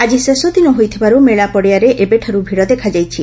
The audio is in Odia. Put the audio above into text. ଆଜି ଶେଷ ଦିନ ହୋଇଥିବାରୁ ମେଳା ପଡ଼ିଆରେ ଏବେଠାରୁ ଭିଡ଼ ଦେଖାଯାଇଛି